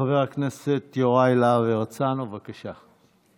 חבר הכנסת יוראי להב הרצנו, בבקשה.